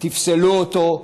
תפסלו אותו,